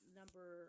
number